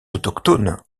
autochtones